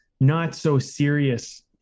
not-so-serious